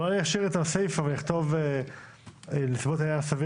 בואו נשאיר את הסיפה ונכתוב "בנסיבות העניין סביר